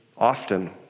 Often